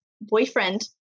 boyfriend